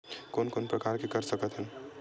कोन कोन प्रकार के कर सकथ हन?